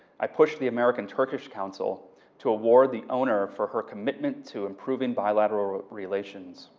i push the american turkish council to award the owner for her commitment to improving bilateral relations.